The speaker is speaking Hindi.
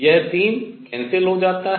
यह 3 cancel हो जाता है